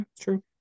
true